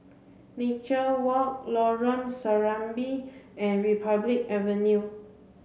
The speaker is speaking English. Nature Walk Lorong Serambi and Republic Avenue